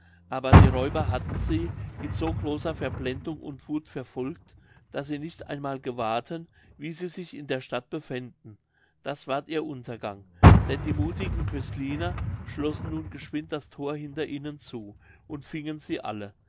aber die räuber hatten sie in so großer verblendung und wuth verfolgt daß sie nicht einmal gewahrten wie sie sich in der stadt befänden das ward ihr untergang denn die muthigen cösliner schlossen nun geschwind das thor hinter ihnen zu und fingen sie alle